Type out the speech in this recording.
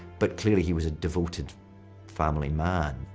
but clearly he was a devoted family man.